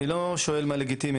אני לא שואל מה לגיטימי,